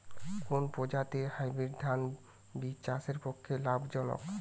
কোন প্রজাতীর হাইব্রিড ধান বীজ চাষের পক্ষে লাভজনক?